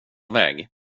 väg